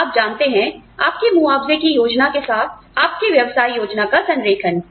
आप जानते हैं आपकी मुआवजे की योजना के साथ आपकी व्यवसाय योजना का संरेखण